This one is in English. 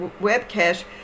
webcast